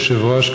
אדוני היושב-ראש,